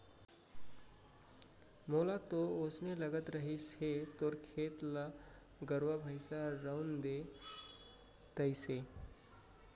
मोला तो वोसने लगत रहिस हे तोर खेत ल गरुवा भइंसा रउंद दे तइसे